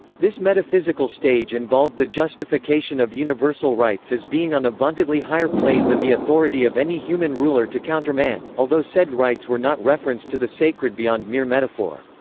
this metaphysical stage involved the justification of universal rights as being on a vauntedly higher plane than the authority of any human ruler to countermand, although said rights were not referenced to the sacred beyond mere metaphor.